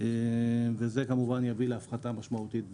זה יביא להפחתה משמעותית בפלטות.